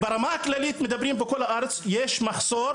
ברמה הכללית מדברים שבכל הארץ יש מחסור